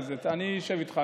אני אשב איתך,